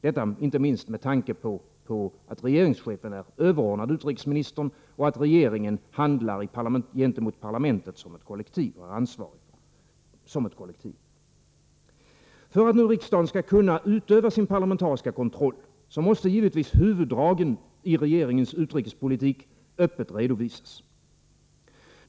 Detta inte minst med tanke på att regeringschefen är överordnad utrikesministern och att regeringen handlar såsom ett kollektiv gentemot parlamentet och har ansvar såsom ett kollektiv. För att riksdagen skall kunna utöva sin parlamentariska kontroll måste givetvis huvuddragen i regeringens utrikespolitik öppet redovisas.